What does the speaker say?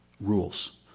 rules